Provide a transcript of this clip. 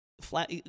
flat